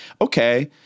okay